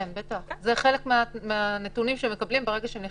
כן, בטח, זה חלק מהנתונים שהם מקבלים כשהם נכנסים.